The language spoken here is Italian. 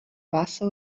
bassa